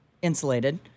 Insulated